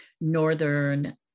Northern